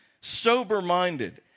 sober-minded